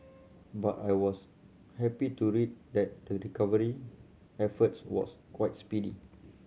but I was happy to read that the recovery efforts was quite speedy